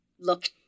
look